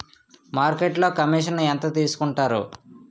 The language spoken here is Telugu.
మార్కెట్లో కమిషన్ ఎంత తీసుకొంటారు?